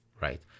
right